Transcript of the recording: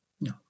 no